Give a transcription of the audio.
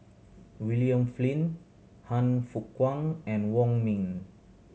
William Flint Han Fook Kwang and Wong Ming